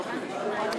אוקיי.